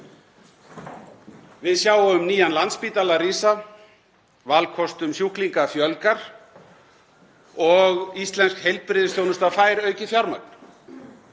Við sjáum nýjan Landspítala rísa, valkostum sjúklinga fjölgar og íslensk heilbrigðisþjónusta fær aukið fjármagn.